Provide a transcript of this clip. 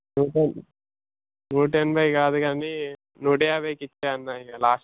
నూట ఎన నూట ఎనభై కాదు కానీ నూట యాభైకి ఇయ్యి అన్న ఇక లాస్ట్